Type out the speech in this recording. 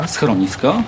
Schronisko